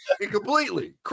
Completely